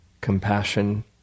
compassion